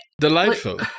delightful